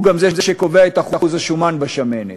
הוא גם זה שקובע את אחוז השומן בשמנת.